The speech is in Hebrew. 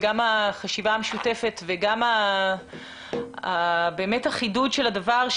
גם על החשיבה המשותפת וגם על החידוד של הדבר.